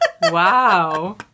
Wow